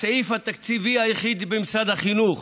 במשרד החינוך